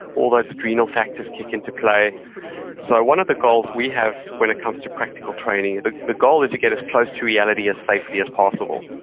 all those adrenal factors kick into play so, one of the goals we have when it comes to practical training, the the goal is to get as close to reality as safely as possible.